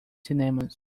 cinemas